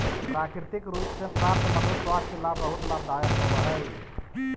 प्राकृतिक रूप से प्राप्त मधु स्वास्थ्य ला बहुत लाभदायक होवअ हई